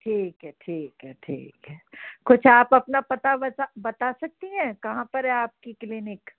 ठीक है ठीक है ठीक है कुछ आप अपना पता बता बता सकती हैं कहाँ पर है आपकी क्लिनिक